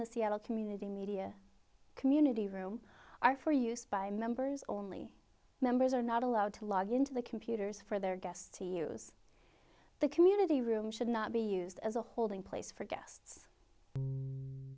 the seattle community media community room are for use by members only members are not allowed to log into the computers for their guests to use the community room should not be used as a holding place for g